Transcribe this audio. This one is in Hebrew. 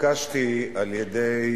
התבקשתי על-ידי